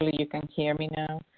you can hear me now.